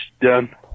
done